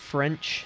French